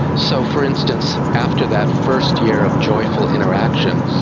so, for instance, after that first year of joyful interaction,